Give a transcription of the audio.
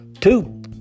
two